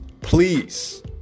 Please